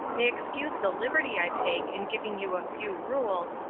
may excuse the liberty i take in giving you a few rules,